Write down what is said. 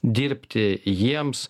dirbti jiems